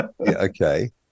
Okay